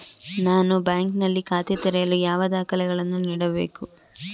ನಾನು ಬ್ಯಾಂಕ್ ನಲ್ಲಿ ಖಾತೆ ತೆರೆಯಲು ಯಾವ ದಾಖಲೆಗಳನ್ನು ನೀಡಬೇಕು?